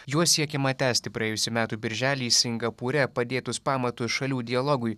juo siekiama tęsti praėjusių metų birželį singapūre padėtus pamatus šalių dialogui